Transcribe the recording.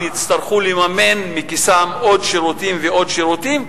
הם יצטרכו לממן מכיסם עוד שירותים ועוד שירותים.